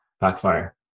backfire